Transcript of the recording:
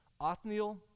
Othniel